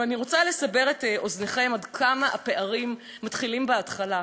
אבל אני רוצה לסבר את אוזנכם עד כמה הפערים מתחילים בהתחלה,